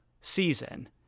season